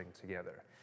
together